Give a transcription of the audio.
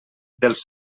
dels